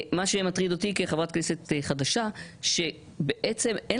מה שמטריד אותי כחברת כנסת חדשה זה שבעצם אין